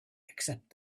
except